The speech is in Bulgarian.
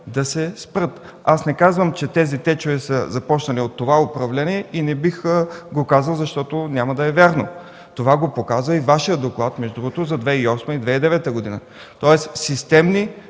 да се спрат? Не казвам, че тези течове са започнали от това управление и не бих го казал, защото няма да е вярно. Това го показа и Вашия доклад за 2008 и 2009 г. Тоест системни